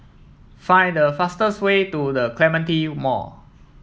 Find the fastest way to The Clementi Mall